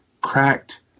cracked